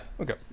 Okay